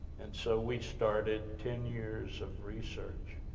and so, we started ten years of research,